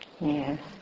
Yes